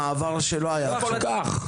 אבל המעבר לא קרה עכשיו; זה קרה בעבר.